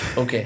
Okay